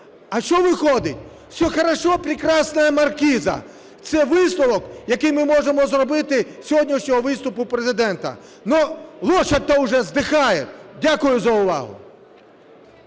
А що виходить? "Все хорошо, прекрасная маркиза". Це висновок, який ми можемо зробити з сьогоднішнього виступу Президента. Но лошадь-то уже сдыхает! Дякую за увагу.